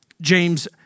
James